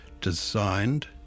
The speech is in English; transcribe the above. designed